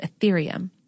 Ethereum